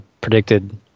predicted